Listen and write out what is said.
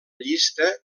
llista